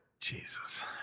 Jesus